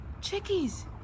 Chickies